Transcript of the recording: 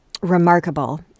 remarkable